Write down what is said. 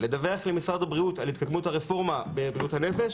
לדווח למשרד הבריאות על התקדמות הרפורמה בבריאות הנפש